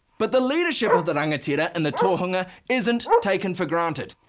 but the leadership of the rangatira and the tohunga isn't taken for granted.